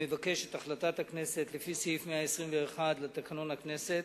מבקש את החלטת הכנסת, לפי סעיף 121 לתקנון הכנסת,